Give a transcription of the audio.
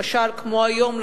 למשל כמו היום,